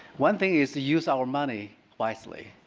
one thing is to use our money wisely.